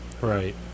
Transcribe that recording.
Right